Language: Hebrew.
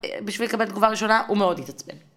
בשביל לקבל תגובה ראשונה הוא מאוד התעצבן.